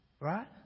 Right